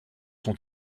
son